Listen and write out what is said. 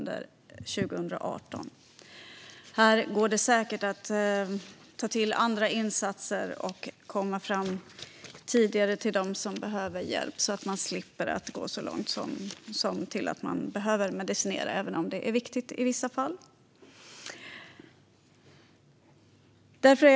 Det går säkert att ta till andra insatser och komma fram tidigare till dem som behöver hjälp, så att det inte behöver gå så långt som att man behöver medicinera, även om det är viktigt i vissa fall.